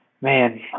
man